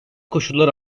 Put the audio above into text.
koşullar